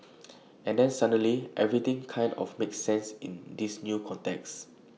and then suddenly everything kind of makes sense in this new context